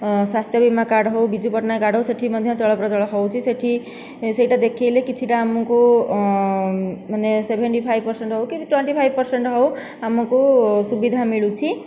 ଆଉ ସ୍ୱାସ୍ଥ୍ୟ ବୀମା କାର୍ଡ଼ ହେଉ ବିଜୁ ପଟ୍ଟନାୟକ କାର୍ଡ଼ ହେଉ ସେଇଠି ମଧ୍ୟ ଚଳପ୍ରଚଳ ହେଉଛି ସେଇଠି ସେଇଟା ଦେଖେଇଲେ କିଛିଟା ଆମକୁ ମାନେ ସେଭେଣ୍ଟି ଫାଇବ ପରସେଣ୍ଟ ହେଉ କି ଟ୍ୱେଣ୍ଟି ଫାଇବ ପରସେଣ୍ଟ ହେଉ ଆମକୁ ସୁବିଧା ମିଳୁଛି